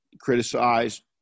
criticize